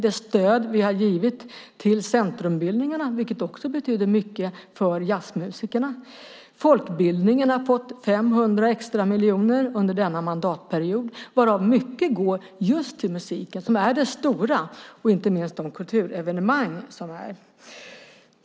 Det stöd som vi har givit till centrumbildningarna betyder också mycket för jazzmusikerna. Folkbildningen har fått 500 extra miljoner under denna mandatperiod varav mycket går till musiken som är det stora, och inte minst till de kulturevenemang som arrangeras.